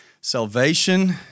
salvation